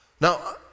Now